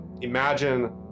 imagine